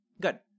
Good